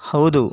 ಹೌದು